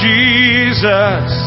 Jesus